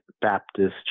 Baptist